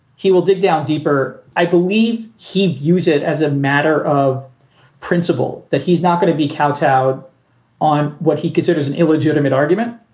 he will dig down deeper. i believe he views it as a matter of principle that he's not going to be kowtowed on what he considers an illegitimate argument.